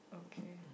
okay